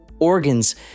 Organs